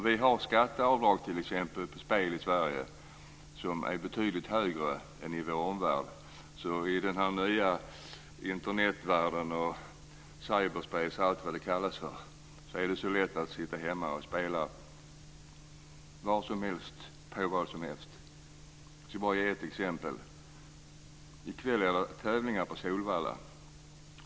Vi har skatteavdrag på spelvinster i Sverige som är betydligt högre än i vår omvärld. I den nya Internetvärlden, cyberspace och allt vad det heter är det så lätt att sitta hemma och spela på vad som helst. Jag ska nämna ett exempel. I kväll är det tävlingar på Solvalla.